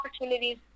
opportunities